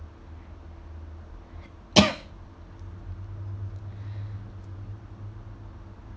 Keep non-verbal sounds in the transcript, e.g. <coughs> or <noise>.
<coughs>